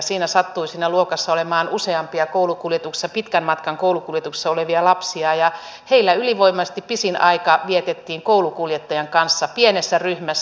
siinä luokassa sattui olemaan useampia pitkän matkan koulukuljetuksessa olevia lapsia ja heillä ylivoimaisesti pisin aika vietettiin koulukuljettajan kanssa pienessä ryhmässä